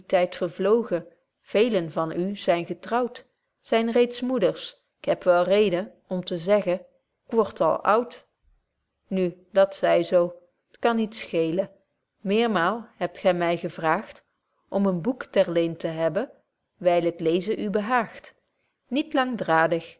vervloogen veelen van u zyn getrouwt zyn reeds moeders k heb wel reden om te zeggen k word al oud nu dat zy zo t kan niet scheelen meermaal hebt gy my gevraagt om een boek ter leen te hebben wyl het leezen u behaagt niet langdraadig